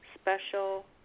special